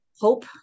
hope